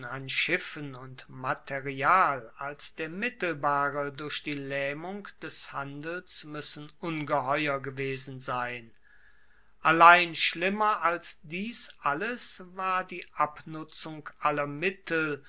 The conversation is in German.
an schiffen und material als der mittelbare durch die laehmung des handels muessen ungeheuer gewesen sein allein schlimmer als dies alles war die abnutzung aller mittel